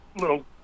little